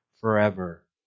forever